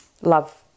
love